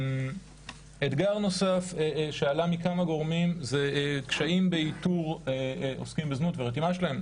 אתגר נוסף שעלה מכמה גורמים הוא קשיים באיתור עוסקים בזנות ורתימה שלהם,